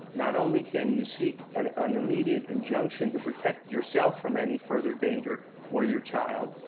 not only can you seek an an immediate injunction to protect yourself from any further danger or your child,